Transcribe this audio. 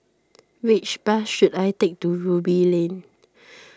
which bus should I take to Ruby Lane